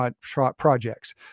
projects